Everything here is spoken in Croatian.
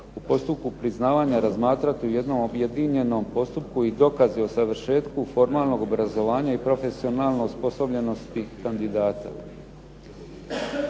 u postupku priznavanja razmatrati u jednom objedinjenom postupku i dokazi o završetku formalnog obrazovanja i profesionalne osposobljenosti kandidata.